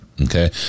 okay